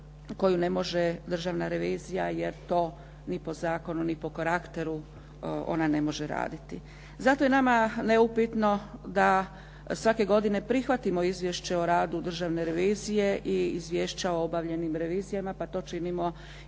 koju ne može Državna revizija jer to ni po zakonu ni po karakteru ona ne može raditi. Zato je nama neupitno da svake godine prihvatimo izvješće o radu Državne revizije i izvješća o obavljenim revizijama pa to činimo i za